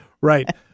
Right